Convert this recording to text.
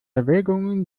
erwägungen